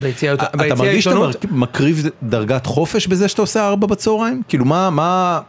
אתה מרגיש, אתה מקריב דרגת חופש בזה שאתה עושה ארבע בצהריים? כאילו, מה, מה...